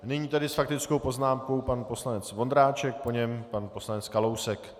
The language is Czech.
Nyní tedy s faktickou poznámkou pan poslanec Vondráček, po něm pan poslanec Kalousek.